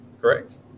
correct